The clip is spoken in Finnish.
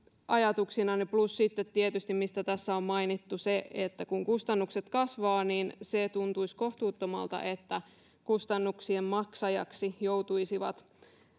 ajatuksinani plus sitten tietysti se mistä tässä on mainittu että kun kustannukset kasvavat niin tuntuisi kohtuuttomalta että kustannuksien maksajaksi joutuisivat